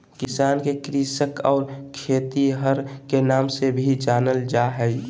किसान के कृषक और खेतिहर के नाम से भी जानल जा हइ